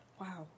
Wow